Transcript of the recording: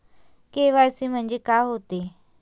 KYC म्हंनजे का होते?